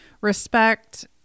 respect